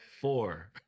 four